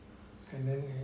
and then